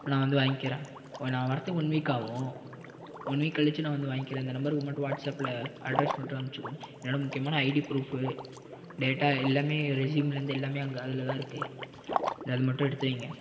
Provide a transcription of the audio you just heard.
நான் வந்து வாங்கிக்கிறேன் நான் வரத்துக்கு ஒன் வீக் ஆகும் ஒன் வீக் கழிச்சு நான் வந்து வாங்கிக்கிறேன் இந்த நம்பர்க்கு மட்டும் வாட்ஸப்பில் அட்ரஸ் மட்டும் அனுப்பிச்சு விடுங்க என்னோடய முக்கியமான ஐடி ப்ரூஃப்பு டேட்டா எல்லாமே ரெஸ்யூம்லேருந்து எல்லாமே அங்கே அதில்தான் இருக்குது அது மட்டும் எடுத்து வையுங்க